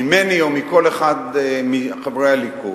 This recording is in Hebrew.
ממני או מכל אחד מחברי הליכוד,